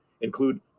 include